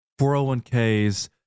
401ks